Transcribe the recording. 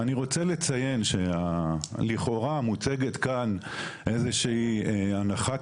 אני רוצה לציין שלכאורה מוצגת כאן איזושהי הנחת